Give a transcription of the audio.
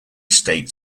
state